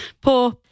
poor